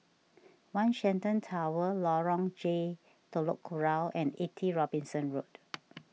one Shenton Tower Lorong J Telok Kurau and eighty Robinson Road